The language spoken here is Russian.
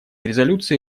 резолюции